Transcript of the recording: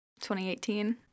2018